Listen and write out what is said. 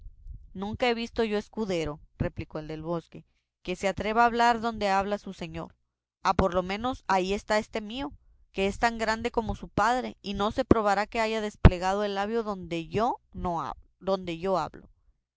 nunca he visto yo escudero replicó el del bosque que se atreva a hablar donde habla su señor a lo menos ahí está ese mío que es tan grande como su padre y no se probará que haya desplegado el labio donde yo hablo